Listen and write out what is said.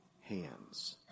hands